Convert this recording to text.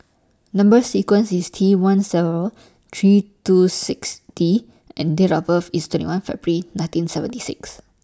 Number sequence IS T one several three two six D and Date of birth IS twenty one February nineteen seventy six